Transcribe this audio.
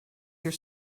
your